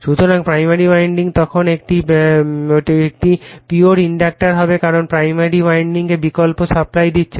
সুতরাং primary winding তখন একটি পিয়োর ইন্ডাক্টর হবে কারণ প্রাইমারি ওয়াইন্ডিংকে বিকল্প সাপ্লাই দিচ্ছে